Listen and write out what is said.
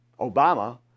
Obama